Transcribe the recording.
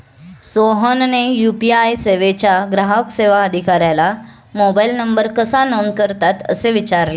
सोहनने यू.पी.आय सेवेच्या ग्राहक सेवा अधिकाऱ्याला मोबाइल नंबर कसा नोंद करतात असे विचारले